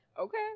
Okay